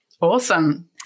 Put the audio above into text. Awesome